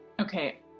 Okay